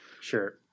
Sure